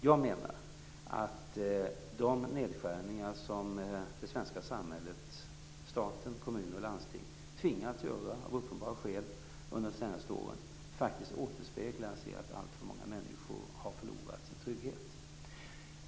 Jag menar att de nedskärningar som det svenska samhället - stat, kommuner och landsting - tvingats göra av uppenbara skäl under de senaste åren faktiskt återspeglas i att alltför många människor har förlorat sin trygghet.